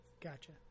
Gotcha